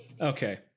Okay